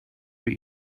what